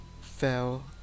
fell